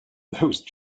those